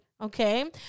Okay